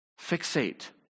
fixate